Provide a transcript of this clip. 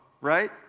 right